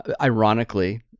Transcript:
ironically